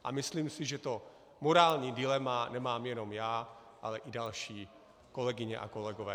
A myslím si, že to morální dilema nemám jenom já, ale i další kolegyně a kolegové.